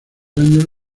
años